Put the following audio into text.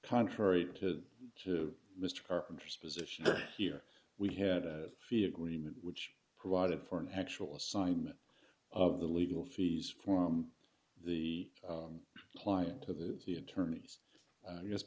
contrary to to mr carpenter disposition here we had a fee agreement which provided for an actual assignment of the legal fees for the client of the the attorneys